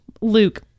Luke